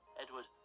Edward